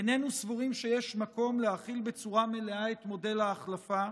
איננו סבורים שיש מקום להחיל בצורה מלאה את מודל ההחלפה,